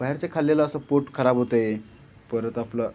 बाहेरचं खाल्लेलं असं पोट खराब होतं परत आपलं